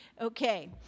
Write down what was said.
Okay